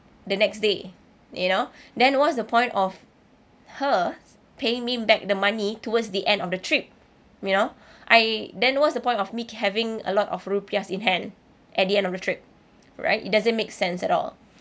the next day you know then what's the point of her paying me back the money towards the end of the trip you know I then what's the point of me having a lot of rupiah in hand at the end of the trip right it doesn't make sense at all